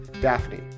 Daphne